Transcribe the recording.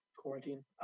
quarantine